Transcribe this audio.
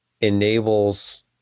enables